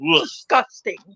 disgusting